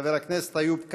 חבר הכנסת איוב קרא,